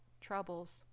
troubles